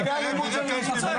אני מבקש ממך.